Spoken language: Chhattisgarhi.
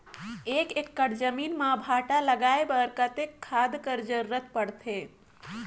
एक एकड़ जमीन म भांटा लगाय बर कतेक खाद कर जरूरत पड़थे?